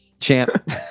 champ